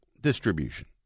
distribution